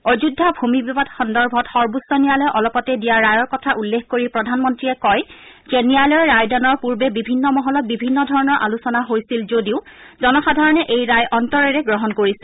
অযোধ্যা ভূমি বিবাদ সন্দৰ্ভত সৰ্বোচ্চ ন্যায়ালয়ে অলপতে দিয়া ৰায়ৰ কথা উল্লেখ কৰি প্ৰধানমন্ত্ৰীয়ে কয় যে ন্যায়ালয়ৰ ৰায়দানৰ পূৰ্বে বিভিন্ন মহলত বিভিন্ন ধৰণৰ আলোচনা হৈছিল যদিও জনসাধাৰণে এই ৰায় অন্তৰেৰে গ্ৰহণ কৰিছে